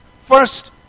First